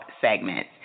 segments